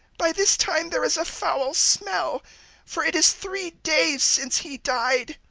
by this time there is a foul smell for it is three days since he died.